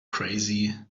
crazy